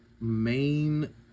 main